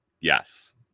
Yes